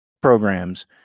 programs